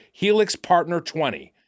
HelixPartner20